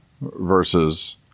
versus